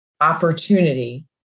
opportunity